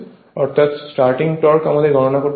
অর্থাৎ starting torque আমাদের গণনা করতে হবে